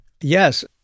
Yes